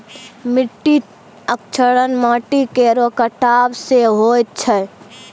मिट्टी क्षरण माटी केरो कटाव सें होय छै